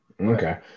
Okay